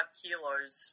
kilos